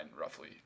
roughly